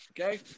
okay